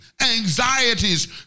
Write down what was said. anxieties